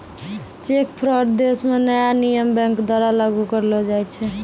cheque fraud देश म नया नियम बैंक द्वारा लागू करलो जाय छै